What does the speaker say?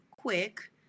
quick